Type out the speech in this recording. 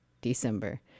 December